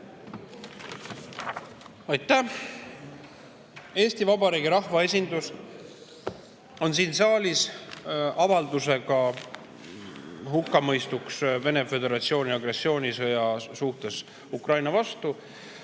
Aitäh! Eesti Vabariigi rahvaesindus on siin saalis avaldusega mõista hukka Vene föderatsiooni agressioonisõda Ukraina vastu